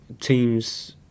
Teams